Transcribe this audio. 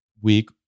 week